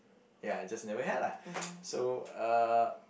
ya I just never had lah so uh